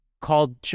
called